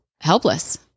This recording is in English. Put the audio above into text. helpless